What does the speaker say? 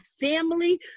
family